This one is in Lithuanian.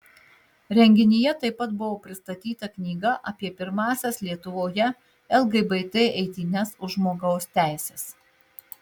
renginyje taip pat buvo pristatyta knyga apie pirmąsias lietuvoje lgbt eitynes už žmogaus teises